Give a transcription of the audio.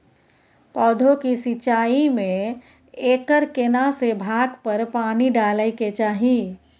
पौधों की सिंचाई में एकर केना से भाग पर पानी डालय के चाही?